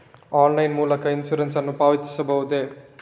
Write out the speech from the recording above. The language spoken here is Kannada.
ಆನ್ಲೈನ್ ಮೂಲಕ ಇನ್ಸೂರೆನ್ಸ್ ನ್ನು ಪಾವತಿಸಬಹುದೇ?